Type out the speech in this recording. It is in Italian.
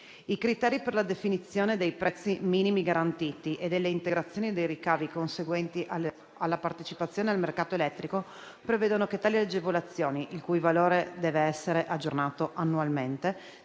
I criteri per la definizione dei prezzi minimi garantiti e delle integrazioni dei ricavi conseguenti alla partecipazione al mercato elettrico prevedono che tali agevolazioni - il cui valore deve essere aggiornato annualmente